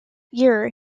year